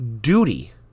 duty